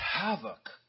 havoc